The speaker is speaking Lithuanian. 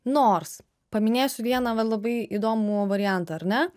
nors paminėsiu vieną va labai įdomų variantą ar ne